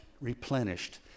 Replenished